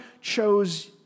chose